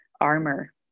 armor